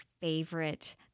favorite